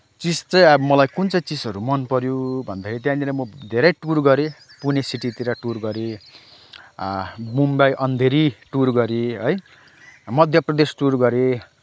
चिज चाहिँ अब मलाई कुन चाहिँ चिजहरू मन पऱ्यो भन्दाखेरि त्यहाँनिर म धेरै टुर गरेँ पुणे सिटीतिर टुर गरेँ मुम्बई अँधेरी टुर गरेँ है मध्य प्रदेश टुर गरेँ